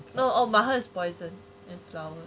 no oh but 他是 poison and flower